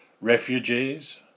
refugees